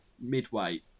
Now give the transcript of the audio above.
midway